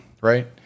right